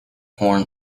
horn